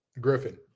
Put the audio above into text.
griffin